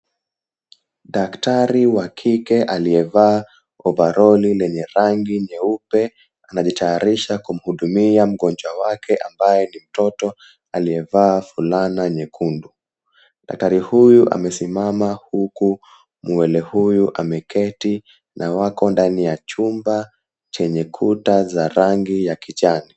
Daktari wa kike aliyevaa ovaroli lenye rangi nyeupe anajitayarisha kumhudumia mgonjwa wake ambaye ni mtoto aliyevaa fulana nyekundu. Daktari huyu amesimama huku mwele huyu ameketi na wako ndani ya chumba chenye kuta za rangi ya kijani.